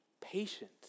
patience